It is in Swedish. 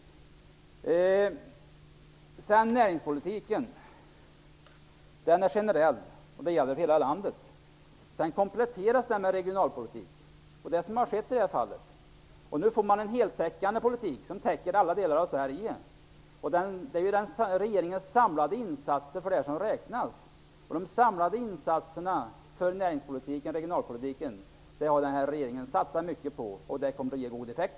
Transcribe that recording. Närinspolitiken är generell och gäller hela landet. Den kompletteras med regionalpolitik. Vi får en heltäckande politik som täcker alla delar av Sverige. Det är regeringens samlade insatser som räknas. De samlade insatserna inom regionalpolitiken och näringspolitiken kommer att ge god effekt.